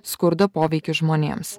skurdo poveikį žmonėms